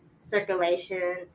circulation